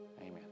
Amen